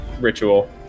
ritual